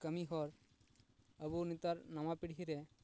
ᱠᱟᱹᱢᱤ ᱦᱚᱨ ᱟᱵᱚ ᱱᱮᱛᱟᱨ ᱱᱟᱣᱟ ᱯᱤᱲᱦᱤ ᱨᱮ